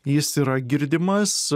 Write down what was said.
jis yra girdimas